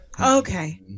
Okay